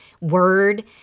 word